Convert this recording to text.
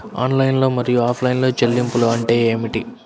Online మరియు offline చెల్లింపులు అంటే ఏమిటి?